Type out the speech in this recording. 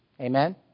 Amen